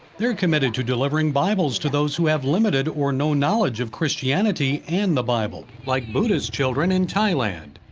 they're committed to delivering bibles to those who have limited, or no knowledge of christianity and the bible, like buddhist children in thailand.